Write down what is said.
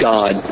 God